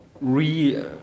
re